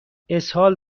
اسهال